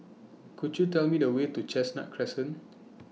Could YOU Tell Me The Way to Chestnut Crescent